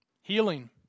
healing